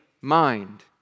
mind